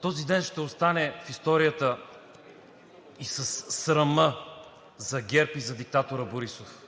Този ден ще остане в историята със срама за ГЕРБ и диктатора Борисов,